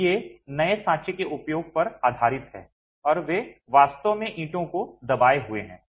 तो ये नए नए साँचे के उपयोग पर आधारित हैं और वे वास्तव में ईंटों को दबाए हुए हैं